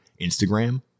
Instagram